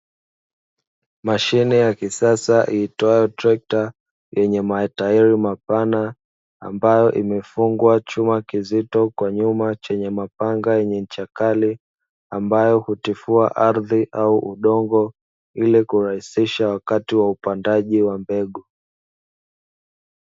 Mashine ya kisasa iitwayo trekta yenye mataili mapana, ambayo imefungwa chuma kizito kwa nyuma chenye mapanga yenye ncha kali, ambayo hutifua ardhi au udongo, ili kurahisisha wakati wa upandaji wa mbegu.